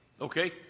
Okay